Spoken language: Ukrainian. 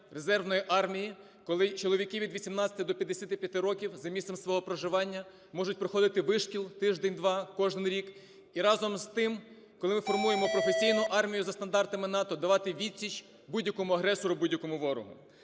резервної армії, коли чоловіки від 18 до 55 років за місцем свого проживання можуть проходити вишкіл тиждень-два кожен рік. І разом з тим, коли ми формуємо професійну армію за стандартами НАТО давати відсіч будь-якому агресору, будь-якому ворогу.